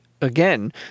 again